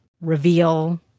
Reveal